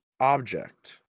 object